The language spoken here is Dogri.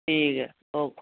ठीक ऐ ओके